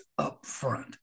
upfront